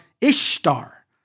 Ishtar